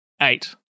eight